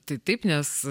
tai taip nes